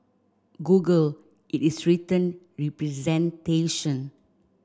Google in its written representation